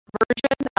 version